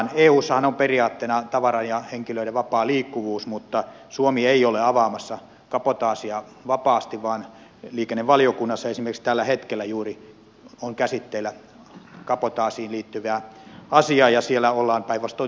eussahan on periaatteena tavaran ja henkilöiden vapaa liikkuvuus mutta suomi ei ole avaamassa kabotaasia vapaasti vaan liikennevaliokunnassa esimerkiksi juuri tällä hetkellä on käsitteillä kabotaasiin liittyvä asia ja siellä ollaan päinvastoin tiukentamassa sitä